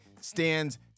stands